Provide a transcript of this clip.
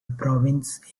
province